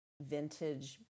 vintage